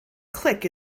click